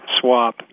Swap